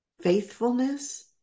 faithfulness